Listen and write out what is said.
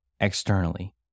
externally